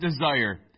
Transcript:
desire